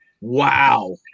wow